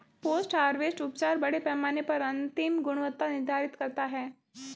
post harvest उपचार बड़े पैमाने पर अंतिम गुणवत्ता निर्धारित करता है